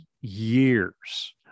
years